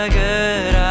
good